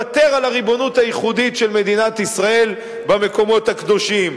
או לוותר על הריבונות הייחודית של מדינת ישראל במקומות הקדושים,